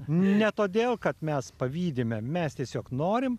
ne todėl kad mes pavydime mes tiesiog norim